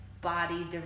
body